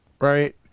right